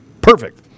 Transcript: perfect